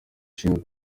ishinzwe